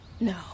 no